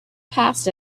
passed